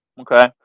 Okay